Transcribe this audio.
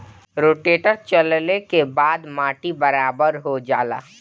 rotator चलले के बाद माटी बराबर हो जाला